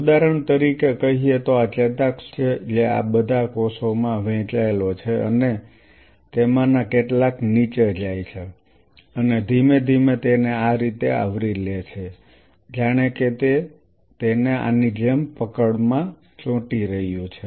ઉદાહરણ તરીકે કહીએ તો આ ચેતાક્ષ છે જે આ બધા કોષોમાં વહેંચાયેલો છે અને તેમાંના કેટલાક નીચે જાય છે અને ધીમે ધીમે તેને આ રીતે આવરી લે છે જાણે કે તે તેને આની જેમ પકડમાં ચોંટી રહ્યું છે